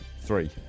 three